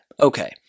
Okay